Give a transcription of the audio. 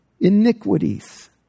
iniquities